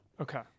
Okay